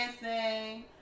dancing